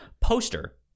poster